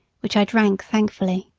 which i drank thankfully.